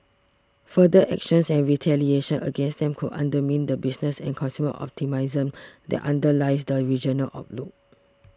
further actions and retaliation against them could undermine the business and consumer optimism that underlies the regional outlook